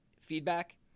feedback